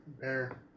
Bear